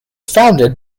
founded